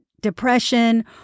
depression